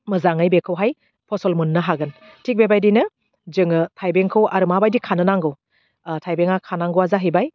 मोजाङै बेखौहाय फसल मोननो हागोन थिग बेबायदिनो जोङो थाइबेंखौ आरो माबायदि खानो नांगौ ओह थाइबेंआ खानांगौआ जाहैबाय